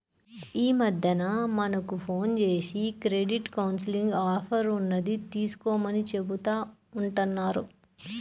యీ మద్దెన మనకు ఫోన్ జేసి క్రెడిట్ కౌన్సిలింగ్ ఆఫర్ ఉన్నది తీసుకోమని చెబుతా ఉంటన్నారు